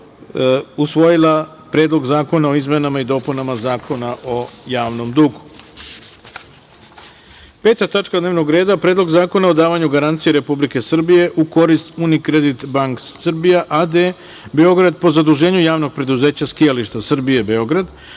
usvojila Predlog zakona o izmenama i dopunama Zakona o javnom dugu. Peta tačka dnevnog reda – Predlog zakona o davanju garancija Republike Srbije u korist „Unicredit bank srbija a.d. Beograd“ po zaduženju Javnog preduzeća „Skijališta Srbije Beograd“